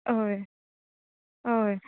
हय हय